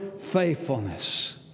faithfulness